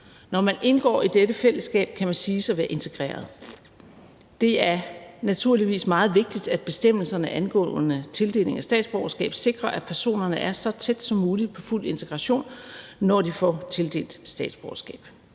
Når man indgår i dette fællesskab kan man siges at være integreret. Det er naturligvis meget vigtigt, at bestemmelserne angående tildeling af statsborgerskab sikrer, at personerne er så tæt som muligt på fuld integration, når de får tildelt statsborgerskab,